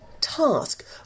task